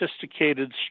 sophisticated